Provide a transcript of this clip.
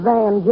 Van